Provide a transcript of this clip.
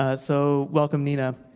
ah so, welcome nina.